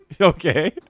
Okay